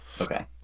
Okay